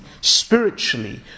spiritually